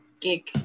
gig